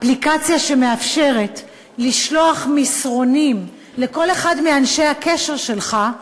אפליקציה שמאפשרת לשלוח מסרונים לכל אחד מאנשי הקשר שלך,